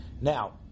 Now